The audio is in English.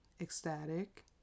ecstatic